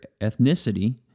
ethnicity